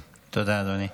תודה, אדוני.